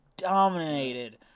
Dominated